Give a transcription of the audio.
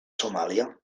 somàlia